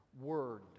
word